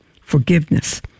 forgiveness